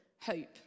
hope